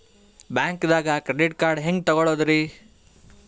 ಬ್ಯಾಂಕ್ದಾಗ credit card ಹೆಂಗ್ ತಗೊಳದ್ರಿ?